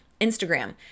Instagram